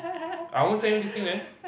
I won't send you this thing then